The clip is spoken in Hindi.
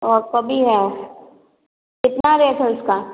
ओ गोभी है कितना रेट है उसका